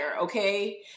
Okay